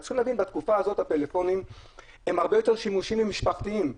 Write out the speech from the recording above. צריכים להבין שבתקופה הזאת הטלפונים הם הרבה יותר שימושיים ומשפחתיים.